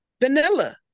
vanilla